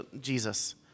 Jesus